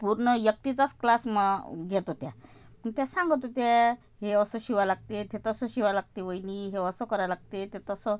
पूर्ण एकटीचाच क्लास मग घेत होत्या मग त्या सांगत होत्या हे असं शिवावं लागते ते तसं शिवावं लागते वहिनी हे असं करावं लागते ते तसं